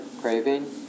craving